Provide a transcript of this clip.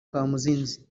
kamuzinzi